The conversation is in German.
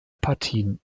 partien